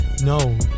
No